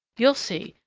you'll see,